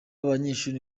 banyeshuri